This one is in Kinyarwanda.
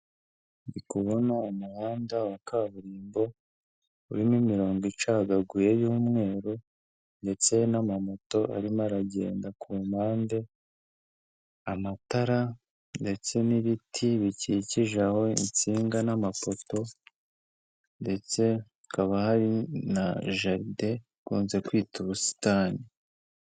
Ndi kubona umuhanda wa kaburimbo, urimo imirongo icagaguye y'umweru ndetse n'amamoto arimo aragenda ku mpande, amatara ndetse n'ibiti bikikije aho, intsinga n'amapoto ndetse hakaba hari na jaride dukunze kwita ubusitani.